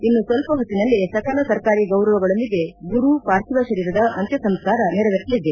ಇನ್ನು ಸ್ವಲ್ಪ ಹೊತ್ತಿನಲ್ಲೇ ಸಕಲ ಸರ್ಕಾರಿ ಗೌರವಗಳೊಂದಿಗೆ ಗುರು ಪಾರ್ಥಿವ ಶರೀರದ ಅಂತ್ಯ ಸಂಸ್ತಾರ ನೆರವೇರಲಿದೆ